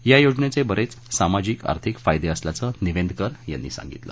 या योजनेचे बरेच सामाजिक आर्थिक फायदे असल्याचं निवेंदकर यांनी सांगितलं